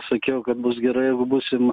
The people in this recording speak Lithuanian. sakiau kad bus gerai jeigu būsim